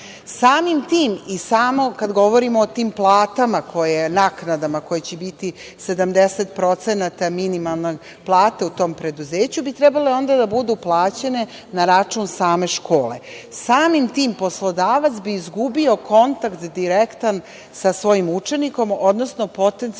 Samim tim i kada govorimo o tim platama, naknadama koje će biti 70% od minimalne plate u tom preduzeću, trebale bi biti plaćene na račun same škole. Samim tim poslodavac bi izgubio direktan kontakt sa svojim učenikom, odnosno svojim potencijalnim